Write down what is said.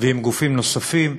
ועם גופים נוספים,